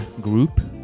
group